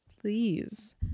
please